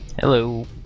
Hello